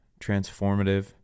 transformative